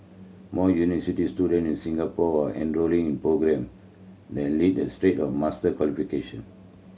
more student in Singapore are enrolling in programme that lead a straight of master qualification